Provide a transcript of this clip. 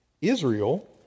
Israel